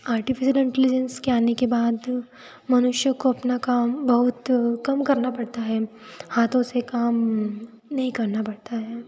artificial intelligence के आने के बाद मनुष्यों को अपना काम बहुत कम करना पड़ता है हाथों से काम नहीं करना पड़ता है